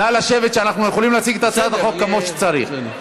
נא לשבת, שנוכל להציג את הצעת החוק כמו שצריך.